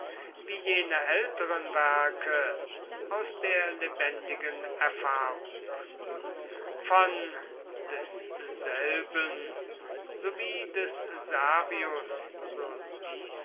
wie jene älteren werke aus der lebendigen erfahrung von desselben sowie des